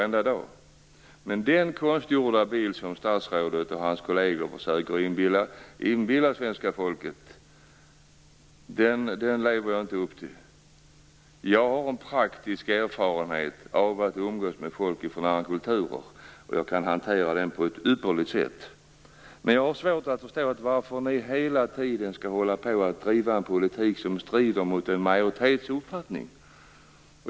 Däremot lever jag inte upp till den konstlade bild som statsrådet och hans kolleger försöker presentera för svenska folket. Jag har praktisk erfarenhet av att umgås med folk från andra kulturer, och jag kan hantera det på ett ypperligt sätt. Men jag har svårt att förstå varför ni hela tiden skall hålla på och driva en politik som strider mot en majoritets uppfattning.